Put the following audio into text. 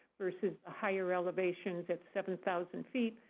versus higher elevations at seven thousand feet,